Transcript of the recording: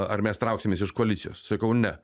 ar mes trauksimės iš koalicijos sakau ne